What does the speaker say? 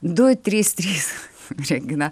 du trys trys regina